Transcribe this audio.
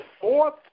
fourth